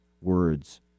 words